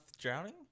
drowning